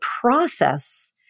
process